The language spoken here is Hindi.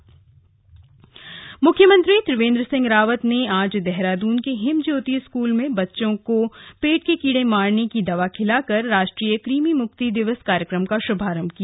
राष्ट्रीय कृमि मुक्ति दिवस मुख्यमंत्री त्रिवेंद्र सिंह रावत ने आज देहरादून के हिम ज्योति स्कूल में बच्चों को पेट के कीड़े मारने की दवा खिला कर राष्ट्रीय कुमि मुक्ति दिवस कार्यक्रम का शुभारम्भ किया